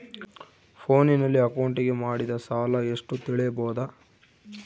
ಫೋನಿನಲ್ಲಿ ಅಕೌಂಟಿಗೆ ಮಾಡಿದ ಸಾಲ ಎಷ್ಟು ತಿಳೇಬೋದ?